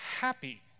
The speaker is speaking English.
happy